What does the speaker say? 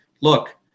Look